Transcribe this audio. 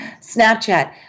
Snapchat